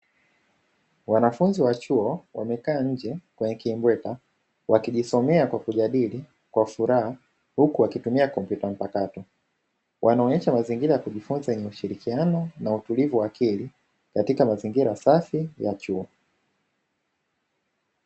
Wanafunzi wa chuo wamekaa nje kwenye kimbweta, wakijisomea kwa kujadili kwa furaha huku wakitumia kompyuta mpakato, wanaonyesha mazingira ya kujifunza yenye ushirikiano na utulivu wa akili katika mazingira safi ya chuo.